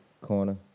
corner